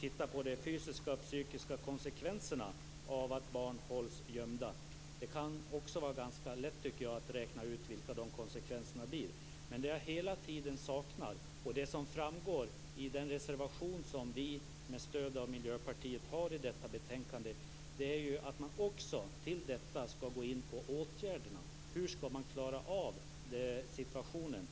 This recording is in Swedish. titta på de fysiska och psykiska konsekvenserna av att barn hålls gömda. Jag tycker att det också är ganska lätt att räkna ut vilka dessa konsekvenser blir. Men det jag saknar, och det framgår av den reservation som vi med stöd av Miljöpartiet har i detta betänkande, är att man också skall gå in på åtgärderna. Hur skall man klara av situationen?